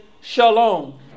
shalom